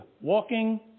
walking